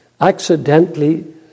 accidentally